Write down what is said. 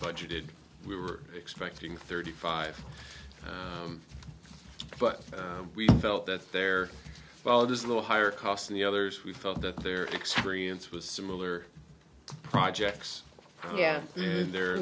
budgeted we were expecting thirty five but we felt that there is a little higher cost in the others we felt that their experience was similar projects yeah there